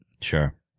Sure